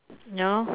ya lor